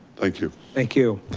thank you. thank you.